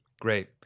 Great